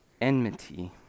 Enmity